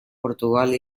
portugal